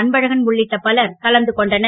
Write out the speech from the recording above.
அன்பழகன் உள்ளிட்ட பலர் கலந்து கொண்டனர்